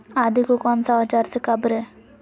आदि को कौन सा औजार से काबरे?